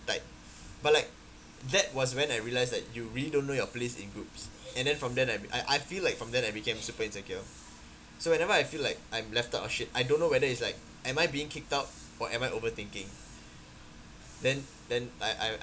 tight but like that was when I realized that you really don't know your place in groups and then from then I I I feel like from then I became super insecure so whenever I feel like I'm left out of shit I don't know whether it's like am I being kicked out or am I overthinking then then I I